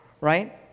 right